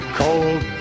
cold